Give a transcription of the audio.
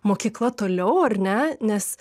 mokykla toliau ar ne nes